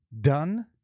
Done